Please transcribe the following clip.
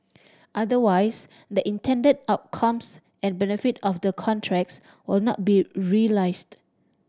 otherwise the intended outcomes and benefit of the contracts would not be realised